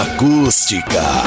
Acústica